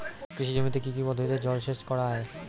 কৃষি জমিতে কি কি পদ্ধতিতে জলসেচ করা য়ায়?